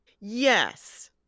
Yes